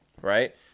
right